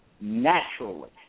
naturally